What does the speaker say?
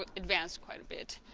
but advanced quite a bit